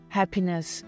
happiness